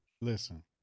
Listen